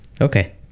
Okay